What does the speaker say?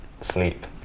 sleep